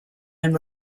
and